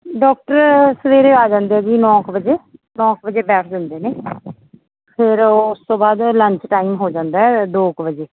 doctor ਸਵੇਰੇ ਆ ਜਾਂਦੇ ਹੈ ਜੀ ਨੌ ਕੁ ਵਜੇ ਨੌ ਕੁ ਵਜੇ ਬੈਠ ਜਾਂਦੇ ਨੇ ਫਿਰ ਉਹ ਉਸ ਤੋਂ ਬਾਅਦ ਲੰਚ ਟਾਇਮ ਹੋ ਜਾਂਦਾ ਹੈ ਦੋ ਕੁ ਵਜੇ